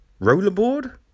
Rollerboard